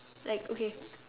like okay